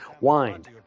Wind